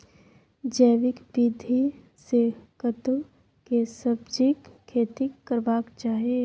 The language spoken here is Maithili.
जैविक विधी से कद्दु के सब्जीक खेती करबाक चाही?